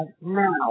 now